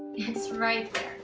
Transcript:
it's right